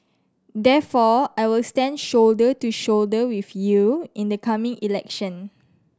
therefore I will stand shoulder to shoulder with you in the coming election